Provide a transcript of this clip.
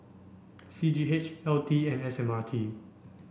C G H L T and S M R T